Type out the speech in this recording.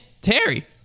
Terry